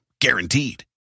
Guaranteed